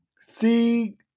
See